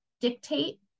dictate